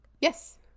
Yes